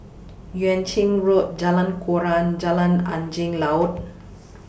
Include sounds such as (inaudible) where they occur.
Yuan Ching Road Jalan Koran Jalan Angin Laut (noise)